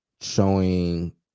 showing